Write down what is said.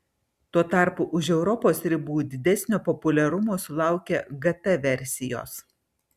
tuo tarpu už europos ribų didesnio populiarumo sulaukia gt versijos